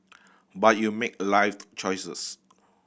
but you make life's choices